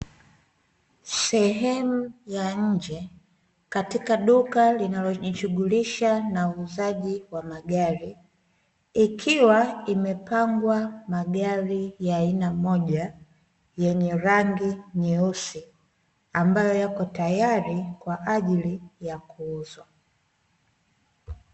Sehemu ya nje katika duka linalojishughulisha na uuzaji wa magari, ikiwa imepangwa magari ya aina moja yenye rangi nyeusi, ambayo yako tayari kwa ajili ya kuuzwa.